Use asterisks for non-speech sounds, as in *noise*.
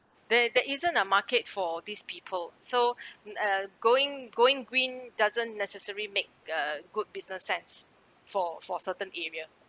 there there isn't a market for these people so *breath* uh going going green doesn't necessary make a good business sense for for certain area